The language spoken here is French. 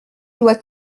dois